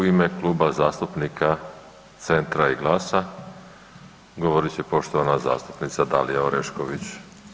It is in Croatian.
U ime Kluba zastupnika Centra i Glasa govorit će poštovana zastupnica Dalija Orešković.